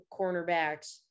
cornerbacks